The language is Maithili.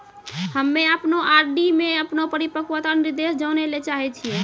हम्मे अपनो आर.डी मे अपनो परिपक्वता निर्देश जानै ले चाहै छियै